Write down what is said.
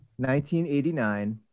1989